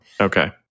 okay